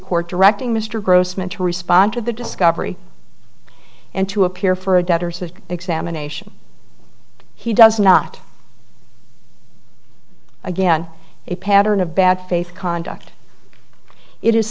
court directing mr grossman to respond to the discovery and to appear for a debtor's of examination he does not again a pattern of bad faith conduct it is